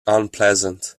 unpleasant